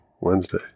Wednesday